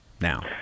now